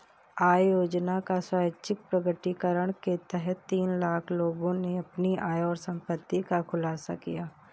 आय योजना का स्वैच्छिक प्रकटीकरण के तहत तीन लाख लोगों ने अपनी आय और संपत्ति का खुलासा किया